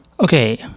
okay